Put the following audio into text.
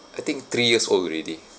I think three years old already